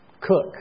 cook